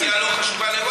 לא,